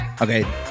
Okay